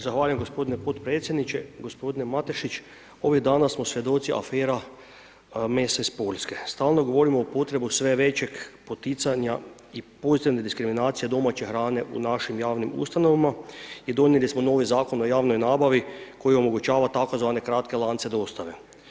Zahvaljujem gospodine podpredsjedniče, gospodine Matešić ovih dana smo svjedoci afera mesa iz Poljske, stalno govorimo o potrebu sve većeg poticanja i pozitivne diskriminacije domaće hrane u našim javnim ustanovama i donijeli smo novi Zakon o javnoj nabavi koji omogućava tzv. kratke lance dostave.